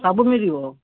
ସବୁ ମିଳିବ